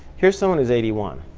here's someone who's eighty one.